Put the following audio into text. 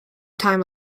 time